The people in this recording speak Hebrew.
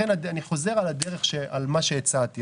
אני חוזר על ההצעה שלי.